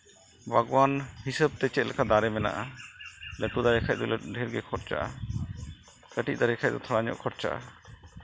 ᱵᱟᱜᱽᱣᱟᱱ ᱦᱤᱥᱟᱹᱵᱽ ᱛᱮ ᱪᱮᱫ ᱞᱮᱠᱟ ᱫᱟᱨᱮ ᱢᱮᱟᱜᱼᱟ ᱞᱟᱹᱴᱩ ᱫᱟᱨᱮ ᱠᱷᱟᱱ ᱫᱚ ᱞᱟᱹᱴᱩ ᱰᱷᱮᱨ ᱜᱮ ᱠᱷᱤᱮᱪᱟᱜᱼᱟ ᱠᱟᱹᱴᱤᱡ ᱫᱟᱨᱮ ᱠᱷᱟᱡ ᱫᱚ ᱛᱷᱚᱲᱟ ᱜᱟᱱ ᱠᱷᱚᱨᱪᱟᱜᱼᱟ